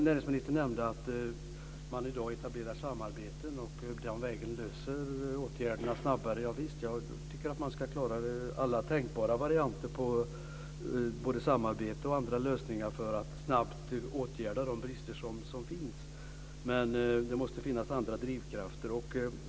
Näringsministern nämnde att man i dag etablerar samarbeten och den vägen vidtar åtgärder snabbare. Javisst, jag tycker att man ska klara alla tänkbara varianter av både samarbete och andra lösningar för att snabbt åtgärda de brister som finns. Men det måste också finnas andra drivkrafter.